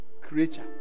creature